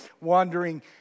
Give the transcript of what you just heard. wandering